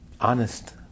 Honest